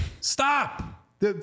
Stop